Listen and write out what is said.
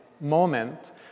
moment